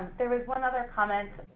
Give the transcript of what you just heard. there is one other comment.